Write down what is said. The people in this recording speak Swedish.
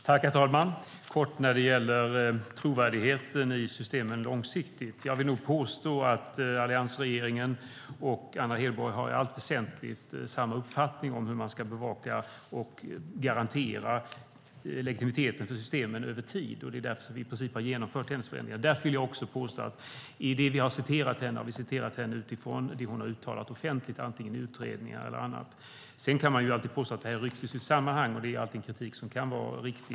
Herr talman! Jag ska säga något kort när det gäller trovärdigheten i systemen långsiktigt. Jag vill påstå att alliansregeringen och Anna Hedborg i allt väsentligt har samma uppfattning om hur man ska bevaka och garantera effektiviteten för systemen över tid. Det är därför vi i princip har genomfört hennes förändringar. Därför vill jag också påstå att i det vi har citerat henne har vi gjort det utifrån det hon har uttalat offentligt, antingen i utredningar eller annat. Sedan kan man alltid påstå att detta är ryckt ur sitt sammanhang, och det är alltid en kritik som kan vara riktig.